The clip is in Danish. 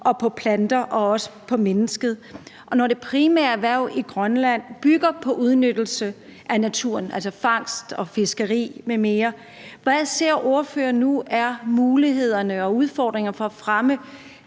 – på planter og også på mennesker. Og når det primære erhverv i Grønland bygger på udnyttelse af naturen, altså fangst og fiskeri m.m., hvad ser ordføreren så er mulighederne og udfordringerne i forhold